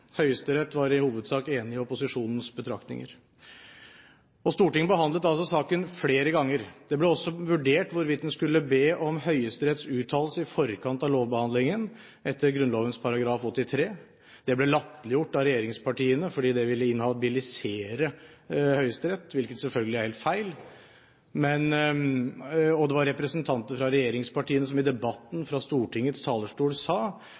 Høyesterett var i hovedsak enig i opposisjonens betraktninger. Stortinget behandlet saken flere ganger. Det ble også vurdert hvorvidt en skulle be om Høyesteretts uttalelse i forkant av lovbehandlingen, etter Grunnloven § 83. Dette ble latterliggjort av regjeringspartiene fordi det ville inhabilisere Høyesterett, hvilket selvfølgelig er helt feil. Det var representanter fra regjeringspartiene som i debatten sa fra Stortingets talerstol